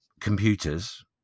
computers